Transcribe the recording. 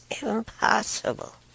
impossible